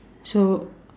so